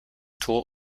tor